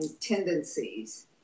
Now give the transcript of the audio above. tendencies